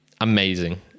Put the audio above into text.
amazing